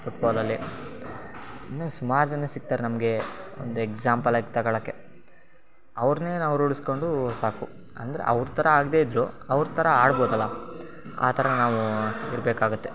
ಫುಟ್ಬಾಲಲ್ಲಿ ಇನ್ನೂ ಸುಮಾರು ಜನ ಸಿಗ್ತಾರೆ ನಮಗೆ ಒಂದು ಎಕ್ಸಾಂಪಲ್ ಆಗಿ ತಗೊಳಕ್ಕೆ ಅವ್ರನ್ನೇ ನಾವು ರೂಢ್ಸ್ಕೊಂಡ್ರೂ ಸಾಕು ಅಂದರೆ ಅವ್ರ ಥರ ಆಗದೇ ಇದ್ರೂ ಅವ್ರ ಥರ ಆಡ್ಬೋದಲ್ವ ಆ ಥರ ನಾವು ಇರ್ಬೇಕಾಗುತ್ತೆ